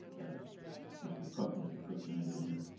as mr. cook, mr. cook's an engineer.